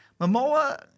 Momoa